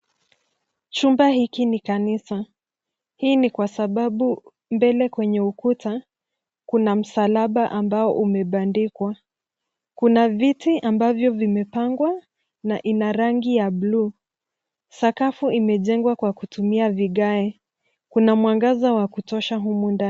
Chumba hiki ni kanisa. Hii ni kwa sababu mbele kwenye ukuta kuna msalaba ambao umebandikwa. Kuna viti ambavyo vimepangwa, na ina rangi ya blue .Sakafu imejengwa kwa kutumia vigae. Kuna mwangaza wa kutosha humu ndani .